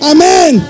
Amen